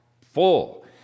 full